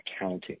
accounting